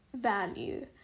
value